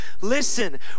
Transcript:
listen